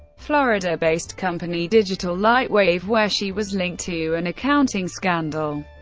florida-based company digital lightwave, where she was linked to an accounting scandal.